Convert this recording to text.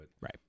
Right